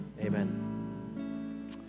Amen